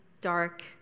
dark